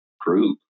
group